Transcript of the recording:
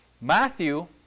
Matthew